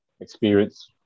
experience